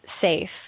safe